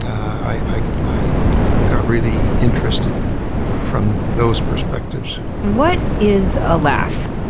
i i got really interested from those perspectives. what is a laugh?